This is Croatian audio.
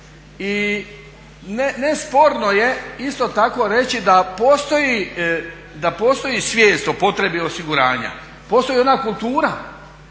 I nesporno je isto tako reći da postoji svijest o potrebi osiguranja, postoji ona kultura